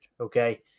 Okay